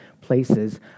places